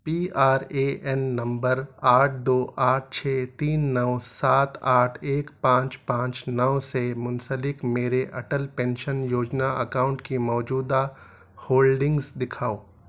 P R A N نمبر آٹھ دو آٹھ چھ تین نو سات آٹھ ایک پانچ پانچ نو سے منسلک میرے اٹل پینشن یوجنا اکاؤنٹ کی موجودہ ہولڈنگز دکھاؤ